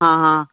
ਹਾਂ ਹਾਂ